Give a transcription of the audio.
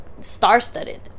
star-studded